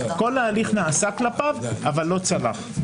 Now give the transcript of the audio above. כל ההליך נעשה כלפיו, אבל לא צלח.